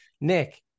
Nick